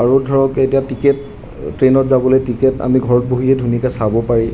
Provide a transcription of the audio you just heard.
আৰু ধৰক এতিয়া টিকেট ট্ৰেইনত যাবলৈ টিকেট আমি ঘৰত বহিয়ে ধুনীয়াকৈ চাব পাৰি